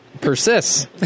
persists